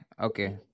Okay